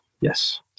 Yes